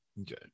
Okay